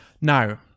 Now